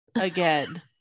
again